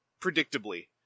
predictably